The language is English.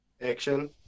action